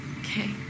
okay